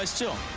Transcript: to show